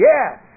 Yes